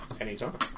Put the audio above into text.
anytime